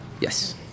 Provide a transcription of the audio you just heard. Yes